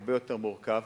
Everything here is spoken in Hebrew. הרבה יותר מורכב,